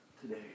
today